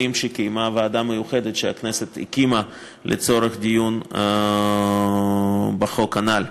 שקיימה הוועדה המיוחדת שהכנסת הקימה לצורך דיון בחוק הנ"ל.